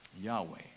Yahweh